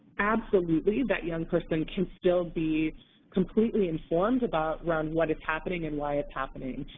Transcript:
absolutely that young person can still be completely informed about, around what is happening and why it's happening.